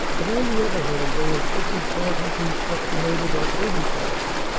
but on the other hand they inflicted casualties estimated at eighty thousand,